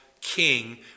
king